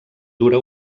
dura